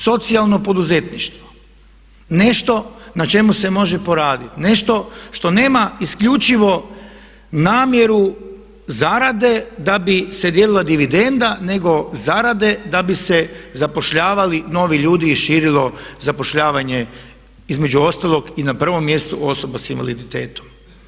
Socijalno poduzetništvo, nešto na čemu se može poraditi, nešto što nema isključivo namjeru zarade da bi se dijelila dididenda, nego zarade da bi se zapošljavali novi ljudi i širilo zapošljavanje, između ostalog i na prvom mjestu osoba sa invaliditetom.